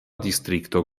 distrikto